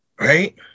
Right